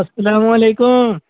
السلام علیکم